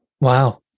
wow